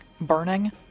burning